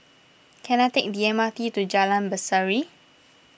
can I take the M R T to Jalan Berseri